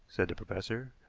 said the professor.